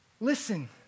listen